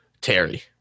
Terry